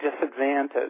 disadvantage